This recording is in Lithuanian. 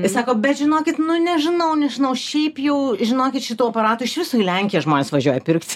jis sako bet žinokit nu nežinau nežinau šiaip jau žinokit šito aparato iš viso į lenkiją žmonės važiuoja pirkti